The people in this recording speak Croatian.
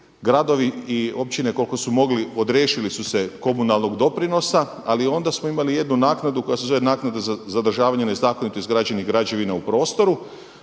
Gradovi i općine koliko su mogli odriješili su se komunalnog doprinosa, ali onda smo imali jednu naknadu koja se zove naknada za zadržavanje nezakonito izgrađenih građevina u prostoru.